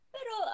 Pero